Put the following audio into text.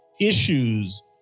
issues